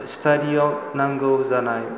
स्टाडियाव नांगौ जानाय